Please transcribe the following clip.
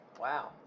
wow